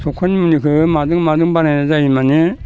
सबखानि मुलिखौ माजों माजों बानायना जायो माने